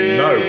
no